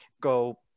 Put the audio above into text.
go